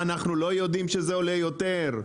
מה אנחנו לא יודעים שזה עולה יותר?